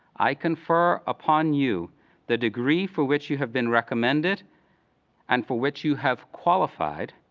i confer upon you the degree for which you have been recommended and for which you have qualified,